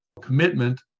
commitment